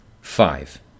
Five